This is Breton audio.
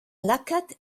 lakaat